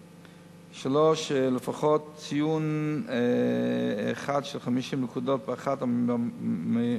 3. לפחות ציון אחד של 50 נקודות באחת מהבחינות,